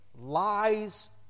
lies